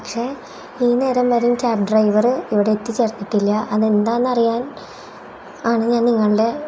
പക്ഷേ ഈ നേരം വരെയും ക്യാബ് ഡ്രൈവർ ഇവിടെ എത്തി ചേർന്നിട്ടില്ല അതെന്താണെന്നറിയാൻ ആണ് ഞാൻ നിങ്ങളുടെ